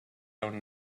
own